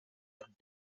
het